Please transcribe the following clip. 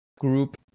group